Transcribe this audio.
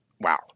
wow